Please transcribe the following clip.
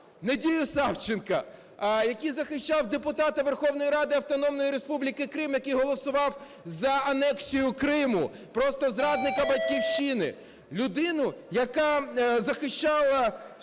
Надію Савченко, який захищав депутата Верховної Ради Автономної Республіки Крим, який голосував за анексію Криму, просто зрадника Батьківщини, людину, яка захищала